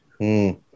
-hmm